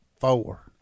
four